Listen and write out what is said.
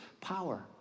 Power